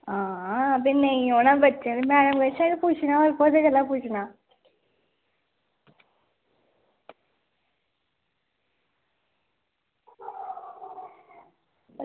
ते नेईं औना बच्चें ते होर केह्दे कोला पुच्छना मैम कोला गै पुच्छना